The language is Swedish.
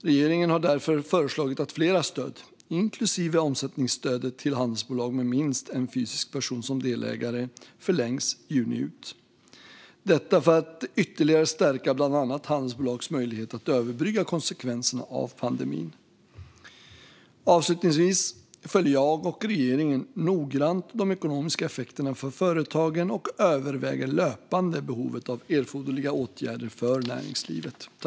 Regeringen har därför föreslagit att flera stöd, inklusive omsättningsstödet till handelsbolag med minst en fysisk person som delägare, förlängs juni ut - detta för att ytterligare stärka bland annat handelsbolags möjligheter att överbrygga konsekvenserna av pandemin. Avslutningsvis följer jag och regeringen noggrant de ekonomiska effekterna för företagen och överväger löpande behovet av erforderliga åtgärder för näringslivet.